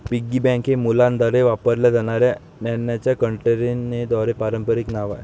piggy bank हे मुलांद्वारे वापरल्या जाणाऱ्या नाण्यांच्या कंटेनरचे पारंपारिक नाव आहे